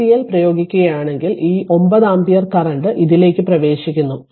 KCL പ്രയോഗിക്കുകയാണെങ്കിൽ ഈ 9 ampere current ഇതിലേക്ക് പ്രവേശിക്കുന്നു